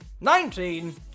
nineteen